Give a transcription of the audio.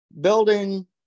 building